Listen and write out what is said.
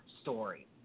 story